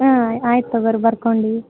ಹಾಂ ಆಯ್ತು ತೊಗೊಳಿ ಬರ್ಕೊಂಡೀವಿ